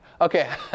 Okay